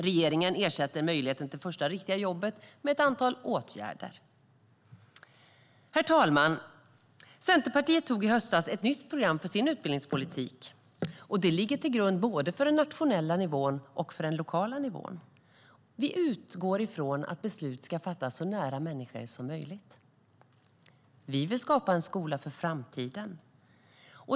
Regeringen ersätter möjligheten till det första riktiga jobbet med ett antal åtgärder. Herr talman! Centerpartiet antog i höstas ett nytt program för sin utbildningspolitik. Det ligger till grund för både den nationella nivån och den lokala nivån. Vi utgår från att beslut ska fattas så nära människor som möjligt. Vi vill skapa en skola för framtiden.